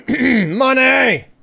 Money